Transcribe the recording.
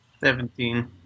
seventeen